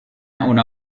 una